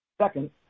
Second